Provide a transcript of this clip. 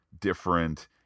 different